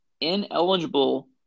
ineligible